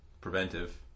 preventive